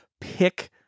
pick